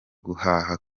guhaha